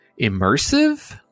immersive